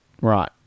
Right